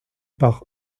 par